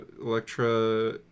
Electra